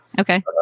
Okay